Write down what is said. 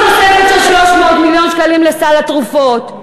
פלוס תוספת של 300 מיליון שקלים לסל התרופות,